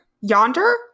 Yonder